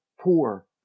poor